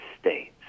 States